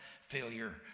failure